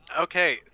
Okay